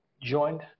Joined